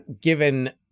given